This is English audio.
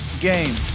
game